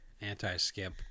Anti-skip